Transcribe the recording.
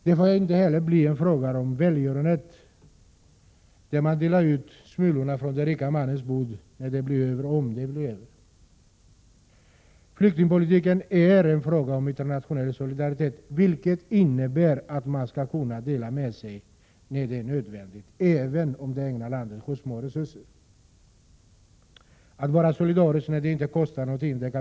Det får inte heller bli en fråga om välgörenhet — alltså att man delar ut smulor som blir över från den rike mannens bord, om det nu blir något över. Flyktingpolitiken är en fråga om internationell solidaritet, vilket innebär att man skall kunna dela med sig när det är nödvändigt, även om det egna landet har små resurser. Vem som helst kan vara solidarisk när det inte kostar någonting.